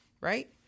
right